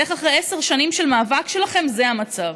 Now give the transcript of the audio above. איך אחרי עשר שנים של המאבק שלכם זה המצב?